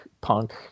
punk